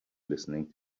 listening